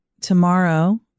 tomorrow